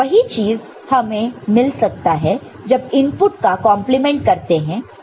वही चीज हमें मिल सकता है जब इनपुट को कॉन्प्लीमेंट करते हैं और फिर OR करते हैं